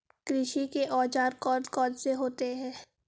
कृषि के औजार कौन कौन से होते हैं?